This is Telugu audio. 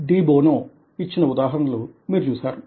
డి బోనో ఇచ్చిన ఉదాహరణలు మీరు చూశారు